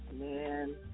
man